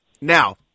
Now